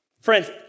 Friends